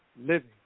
living